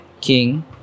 king